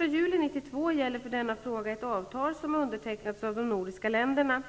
juli 1992 gäller för denna fråga ett avtal som undertecknats av de nordiska länderna.